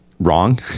wrong